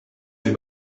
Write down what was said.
sie